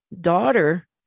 daughter